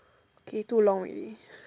okay too long already